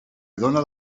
dóna